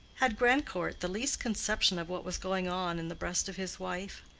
had grandcourt the least conception of what was going on in the breast of his wife?